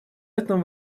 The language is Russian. этом